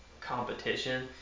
competition